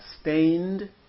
stained